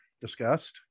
discussed